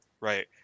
Right